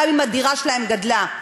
גם אם הדירה שלהם גדלה.